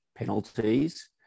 penalties